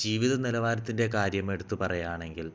ജീവിത നിലവാരത്തിൻ്റെ കാര്യം എടുത്തു പറയുകയാണെങ്കിൽ